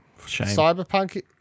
Cyberpunk